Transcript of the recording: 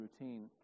routine